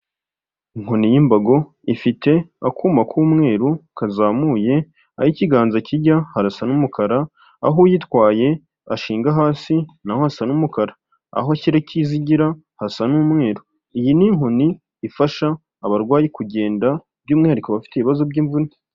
Inkoni y'imbogo ifite akuma k'umweruru kazamuye aho ikiganza kijya harasa n'umukara, aho uyitwaye ashinga hasi na ho hasa n'umukara, aho ashyira ikizigira hasa umweru, iyi ni inkoni ifasha abarwayi kugenda by'umwihariko bafite ibibazo by'imvune.